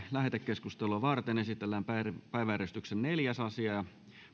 lähetekeskustelua varten esitellään päiväjärjestyksen neljäs asia